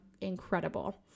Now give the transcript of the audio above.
Incredible